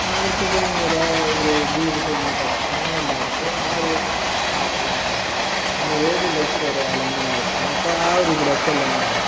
അവിടുത്തെ ജനങ്ങളുടെ ജീവിത ശൈലിനെപ്പറ്റിയിട്ടും അങ്ങനെയെല്ലാമായിരിക്കും ആ ഒരു പാട്ടിലുണ്ടാവുക അങ്ങനെ ഏത് ലവ് സ്റ്റോറി ആയാലും അങ്ങനെ ആയിരിക്കും അപ്പോൾ ആ ഒരിതിലായിരിക്കും എല്ലാ ഉണ്ടാവുക